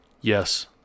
yes